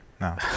no